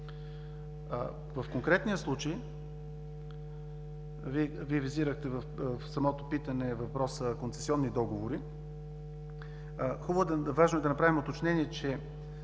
В конкретния случай Вие визирахте в самото питане въпроса за концесионни договори. Важно е да направим уточнение, че